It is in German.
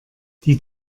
die